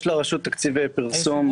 יש לרשות תקציבי פרסום,